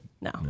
No